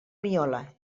miole